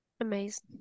Amazing